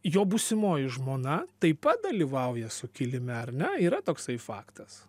jo būsimoji žmona taip pat dalyvauja sukilime ar ne yra toksai faktas